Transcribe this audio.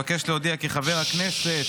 אבקש להודיע כי חבר הכנסת,